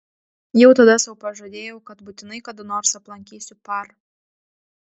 jau tada sau pažadėjau kad būtinai kada nors aplankysiu par